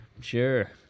Sure